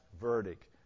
verdict